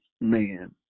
man